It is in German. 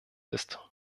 ist